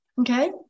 Okay